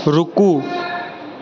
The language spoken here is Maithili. रूकु